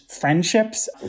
friendships